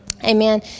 Amen